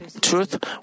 truth